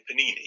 Panini